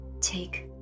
take